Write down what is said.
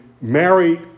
married